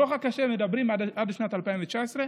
בדוח הקשה הזה אומרים: עד שנת 2019,